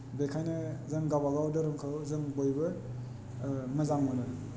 बेखायनो जों गावबागाव धोरोमखौ जों बयबो ओह मोजां मोनो